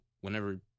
whenever